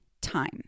time